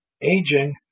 aging